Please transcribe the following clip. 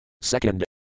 Second